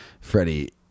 Freddie